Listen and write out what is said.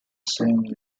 same